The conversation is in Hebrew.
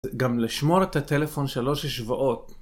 גם לשמור את הטלפון שלושה שבועות